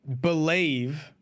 believe